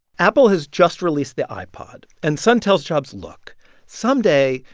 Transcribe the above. apple has just released the ipod, and son tells jobs, look someday,